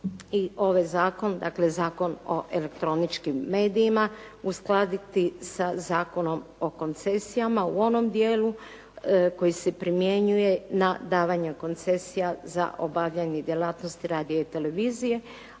i ovaj zakon, dakle Zakon o elektroničkim medijima, uskladiti sa Zakonom o koncesijama u onom dijelu koji se primjenjuje na davanje koncesija za obavljanje djelatnosti radija i televizije,